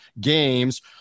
games